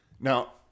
Now